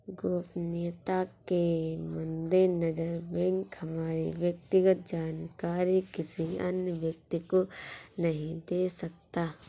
गोपनीयता के मद्देनजर बैंक हमारी व्यक्तिगत जानकारी किसी अन्य व्यक्ति को नहीं दे सकता